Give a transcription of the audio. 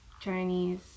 Chinese